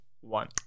one